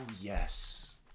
yes